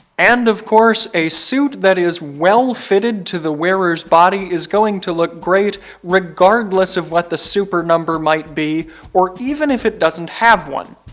and of course, a suit that is well fitted to the wearer's body is going to look great regardless of what the super number might be or even if it doesn't have one.